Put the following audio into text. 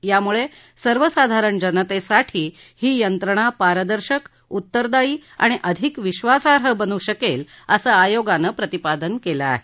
यामुळे सर्वसाधारण जनतेसाठी ही यंत्रणा पारदर्शक उत्तरदायी आणि अधिक विश्वासार्ह बनू शकेल असं आयोगानं प्रतिपादन केल आहे